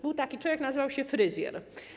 Był taki człowiek, nazywał się „Fryzjer”